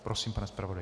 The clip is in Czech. Prosím, pane zpravodaji.